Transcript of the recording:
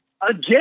Again